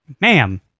Ma'am